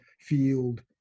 field